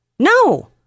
No